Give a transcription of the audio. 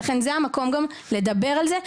ולכן זה המקום גם לדבר על זה,